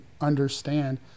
understand